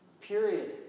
Period